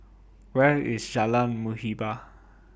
Where IS Jalan Muhibbah